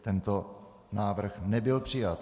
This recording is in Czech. Tento návrh nebyl přijat.